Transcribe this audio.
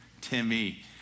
Timmy